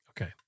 Okay